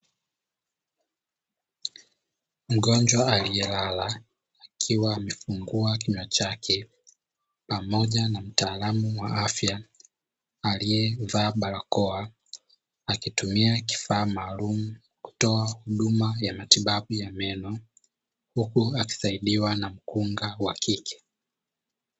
Mgonjwa aliyelala akiwa amefungua kinywa chake pamoja na mtaalamu wa afya aliyevaa barakoa, akitumia kifaa maalumu kutoa huduma ya matibabu ya meno huku akisaidiwa na mkunga wa kike.